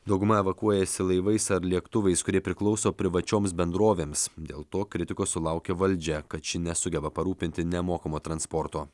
dauguma evakuojasi laivais ar lėktuvais kurie priklauso privačioms bendrovėms dėl to kritikos sulaukia valdžia kad ši nesugeba parūpinti nemokamo transporto